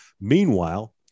Meanwhile